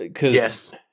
Yes